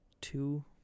two